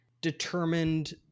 determined